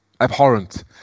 Abhorrent